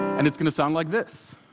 and it's going to sound like this.